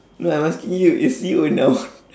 no I'm asking you is you a noun